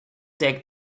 take